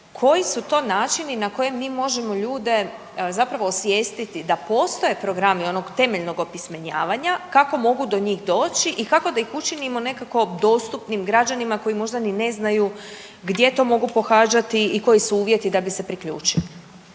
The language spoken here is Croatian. koji su to načini na koje mi možemo ljude zapravo osvijestiti da postoje programi onog temeljnog opismenjavanja kako mogu do njih doći i kako da ih učinimo nekako dostupnim građanima koji možda ni ne znaju gdje to mogu pohađati i koji su uvjeti da bi se priključili.